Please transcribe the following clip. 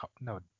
No